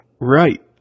Right